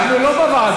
אנחנו לא בוועדה.